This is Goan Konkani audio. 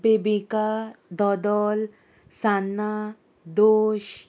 बेबिका दोदोल सान्नां दोश